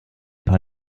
paar